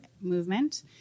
movement